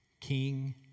king